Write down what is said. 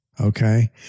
okay